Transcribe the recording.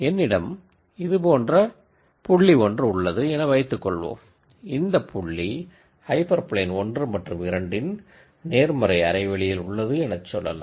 என்னிடம் இது போன்ற பாயின்ட் ஒன்று உள்ளது என வைத்துகொள்வோம் இந்தப் பாயின்ட் ஹைப்பர் பிளேன் 1 மற்றும் 2 இன் பாசிடிவ் ஹாஃப் ஸ்பேஸில் உள்ளது என சொல்லலாம்